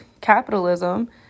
capitalism